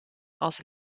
als